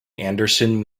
anderson